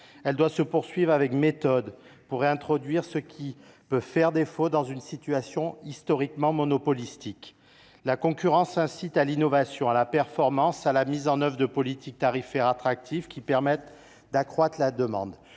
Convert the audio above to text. elle doit se poursuivre avec méthode, pour réintroduire ce qui peut faire défaut dans une situation historiquement monopolistique. La concurrence incite à l’innovation, à la performance et à la mise en œuvre de politiques tarifaires attractives qui permettent d’accroître la demande.